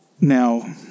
Now